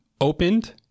opened